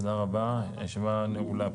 תודה רבה, הישיבה נעולה.